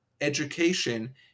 education